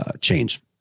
change